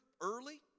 early